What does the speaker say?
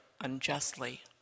unjustly